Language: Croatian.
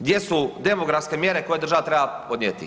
Gdje su demografske mjere koje država treba podnijeti?